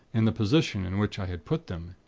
in the position in which i had put them.